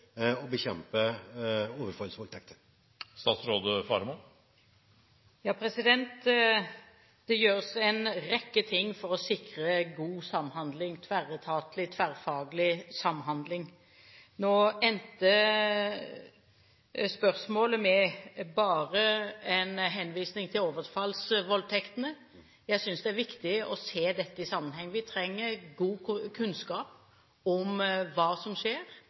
bekjempe overfallsvoldtekter? Det gjøres en rekke ting for å sikre god tverretatlig og tverrfaglig samhandling. Nå endte spørsmålet med bare en henvisning til overfallsvoldtektene. Jeg synes det er viktig å se dette i sammenheng. Vi trenger god kunnskap om hva som skjer,